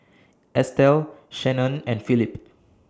Estel Shanon and Phillip